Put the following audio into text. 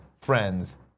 friends